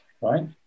right